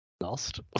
lost